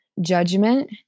judgment